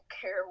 care